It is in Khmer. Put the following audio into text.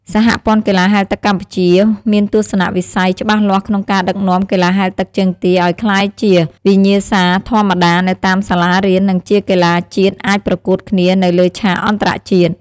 សហព័ន្ធកីឡាហែលទឹកកម្ពុជាមានទស្សនវិស័យច្បាស់លាស់ក្នុងការដឹកនាំកីឡាហែលទឹកជើងទាឲ្យក្លាយជាវិញ្ញាសាធម្មតានៅតាមសាលារៀន និងជាកីឡាជាតិអាចប្រកួតគ្នានៅលើឆាកអន្តរជាតិ។